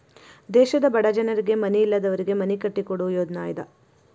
ದೇಶದ ಬಡ ಜನರಿಗೆ ಮನಿ ಇಲ್ಲದವರಿಗೆ ಮನಿ ಕಟ್ಟಿಕೊಡು ಯೋಜ್ನಾ ಇದ